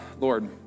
Lord